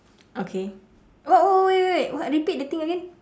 okay what what wait wait what repeat the thing again